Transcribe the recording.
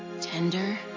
Tender